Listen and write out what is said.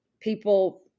people